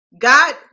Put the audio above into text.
God